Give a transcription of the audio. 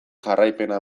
jarraipena